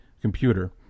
computer